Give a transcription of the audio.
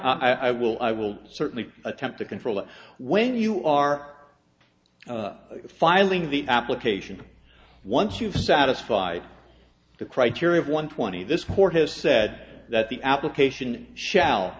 ok i will i will certainly attempt to control it when you are filing the application once you've satisfied the criteria of one twenty this court has said that the application shall